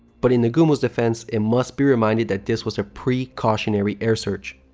but, in nagumo's defense, it must be reminded that this was a precautionary air search.